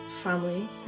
family